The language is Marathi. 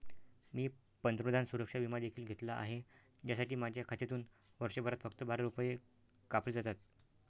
मी पंतप्रधान सुरक्षा विमा देखील घेतला आहे, ज्यासाठी माझ्या खात्यातून वर्षभरात फक्त बारा रुपये कापले जातात